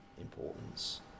importance